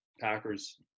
Packers